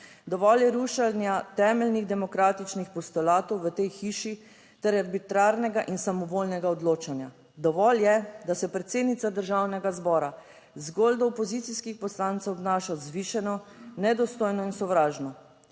Dovolj je rušenja temeljnih demokratičnih postulatov v tej hiši ter arbitrarnega in samovoljnega odločanja. Dovolj je, da se predsednica Državnega zbora zgolj do opozicijskih poslancev obnaša vzvišeno, nedostojno in sovražno.